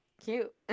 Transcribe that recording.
cute